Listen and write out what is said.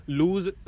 lose